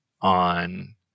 on